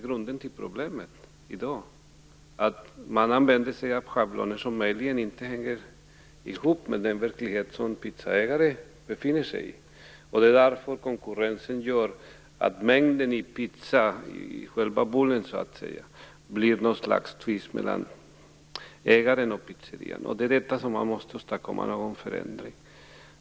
Grunden till problemet i dag är just att man använder sig av schabloner som möjligen inte hänger ihop med den verklighet som pizzeriaägare befinner sig i. Därför gör konkurrensen att mängden mjöl i pizzan, i själva bullen, blir något slags tvist. När det gäller detta måste man åstadkomma någon förändring.